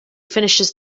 finishes